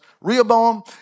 Rehoboam